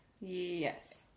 Yes